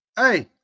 Hey